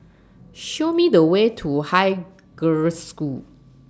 Show Me The Way to Haig Girls' School